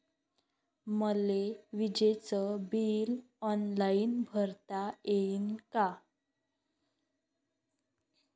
मले विजेच bill online भरता येईन का?